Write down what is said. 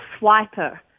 swiper